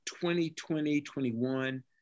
2020-21